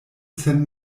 sen